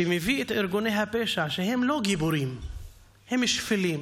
שמביא את ארגוני הפשע, שהם לא גיבורים, הם שפלים,